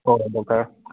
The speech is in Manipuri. ꯍꯣꯏ ꯍꯣꯏ ꯗꯣꯛꯇꯔ